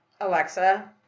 Alexa